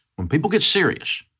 when people get serious,